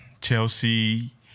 Chelsea